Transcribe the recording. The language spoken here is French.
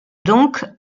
donc